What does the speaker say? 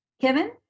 Kevin